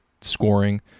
scoring